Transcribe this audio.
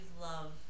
love